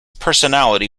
personality